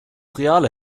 reale